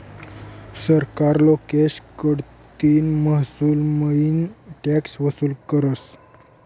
सरकार लोकेस कडतीन महसूलमईन टॅक्स वसूल करस